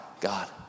God